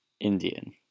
Indian